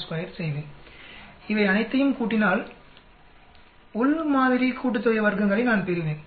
562 செய்வேன் இவை அனைத்தையும் கூட்டினால் வர்க்கங்களின் உள் மாதிரி மொத்தத்தொகையை நான் பெறுவேன்